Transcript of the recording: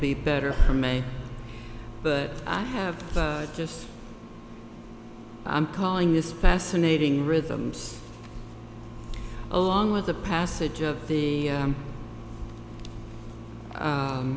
be better for me but i have just i'm calling this fascinating rhythms along with the passage of the